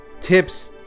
tips